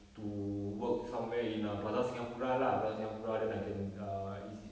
to work somewhere in uh plaza singapura lah plaza singapura then I can err it's ea~